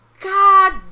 God